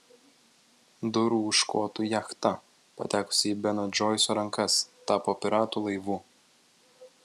dorų škotų jachta patekusi į beno džoiso rankas tapo piratų laivu